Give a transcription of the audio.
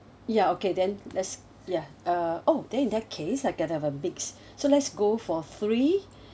ya okay then let's ya uh oh then in that case I can have a mix so let's go for three